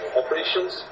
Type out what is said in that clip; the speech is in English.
operations